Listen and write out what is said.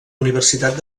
universitat